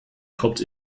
kommt